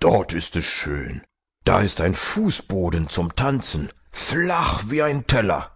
dort ist es schön da ist ein fußboden zum tanzen flach wie ein teller